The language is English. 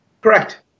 Correct